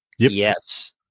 Yes